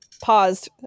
paused